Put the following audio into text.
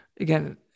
again